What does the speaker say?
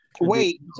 Wait